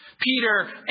Peter